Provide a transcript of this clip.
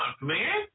man